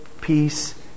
peace